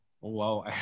Wow